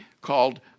called